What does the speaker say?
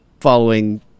following